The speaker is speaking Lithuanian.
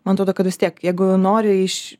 man atrodo kad vis tiek jeigu nori iš